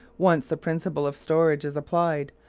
once the principle of storage is applied,